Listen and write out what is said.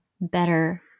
better